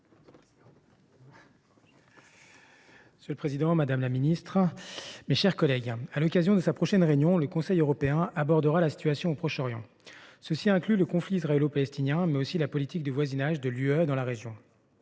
Monsieur le président, madame la secrétaire d’État, mes chers collègues, à l’occasion de sa prochaine réunion, le Conseil européen abordera la situation au Proche Orient, ce qui inclut le conflit israélo palestinien, mais aussi la politique de voisinage de l’Union